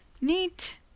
neat